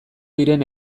diren